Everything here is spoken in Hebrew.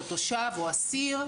תושב או אסיר,